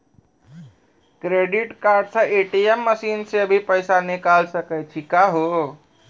Credit card से ATM machine से भी पैसा निकल सकै छि का हो?